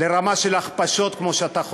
לרמה של הכפשות כמו שאתה חושב.